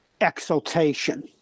Exaltation